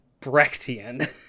Brechtian